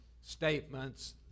statements